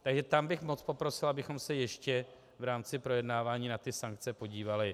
Takže tam bych poprosil, abychom se ještě v rámci projednávání na ty sankce podívali.